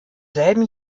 selben